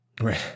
Right